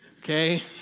Okay